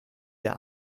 der